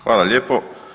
Hvala lijepo.